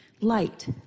Light